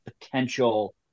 potential